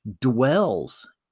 dwells